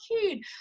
cute